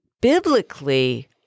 biblically—